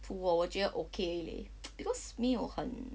不过我觉得 okay 而已 because 没有很